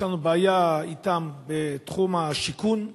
יש לנו בעיה אתם בתחום השיכון,